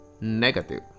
negative